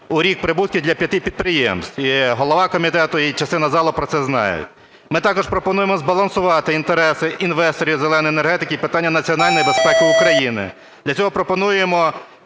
у рік прибутків для п'яти підприємств. І голова комітету, і частина залу про це знають. Ми також пропонуємо збалансувати інтереси інвесторів "зеленої" енергетики і питання національної безпеки України. Для цього пропонуємо